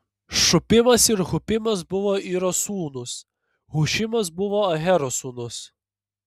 šupimas ir hupimas buvo iro sūnūs hušimas buvo ahero sūnus